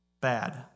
bad